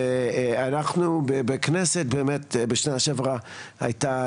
אנחנו בכנסת באמת בשנה שעברה היתה